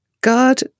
God